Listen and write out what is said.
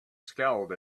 scowled